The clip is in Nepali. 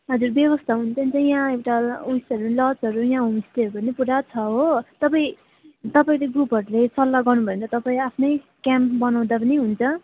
हजुर व्यवस्था हुन्छ हुन्छ यहाँ एउटा ल उएसहरू लजहरू यहाँ होमस्टेहरू पनि पुरा छ हो तपाईँ तपाईँले ग्रुपहरूले सल्लाह गर्नु भयो भने त तपाईँ आफ्नै क्याम्प बनाउँदा पनि हुन्छ